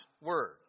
Word